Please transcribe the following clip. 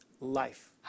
life